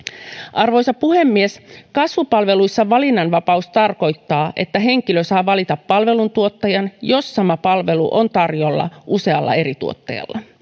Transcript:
arvoisa puhemies kasvupalveluissa valinnanvapaus tarkoittaa että henkilö saa valita palveluntuottajan jos sama palvelu on tarjolla usealla eri tuottajalla